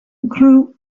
grew